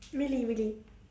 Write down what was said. really really